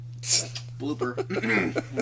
Blooper